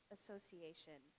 Association